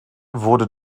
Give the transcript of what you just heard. wurde